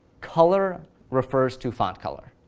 color refers to font color.